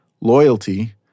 loyalty